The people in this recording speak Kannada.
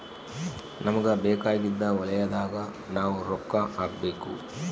ನಮಗ ಬೇಕಾಗಿದ್ದ ವಲಯದಾಗ ನಾವ್ ರೊಕ್ಕ ಹಾಕಬೇಕು